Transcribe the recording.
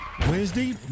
Wednesday